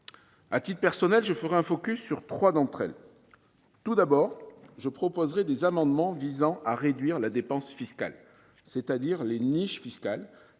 Je me concentrerai sur trois d’entre elles. Tout d’abord, je proposerai des amendements visant à réduire la dépense fiscale, c’est à dire les niches fiscales,